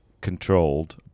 controlled